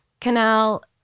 canal